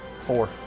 Four